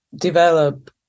develop